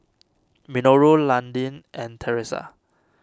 Minoru Landin and theresa